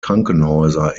krankenhäuser